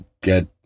get